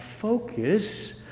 focus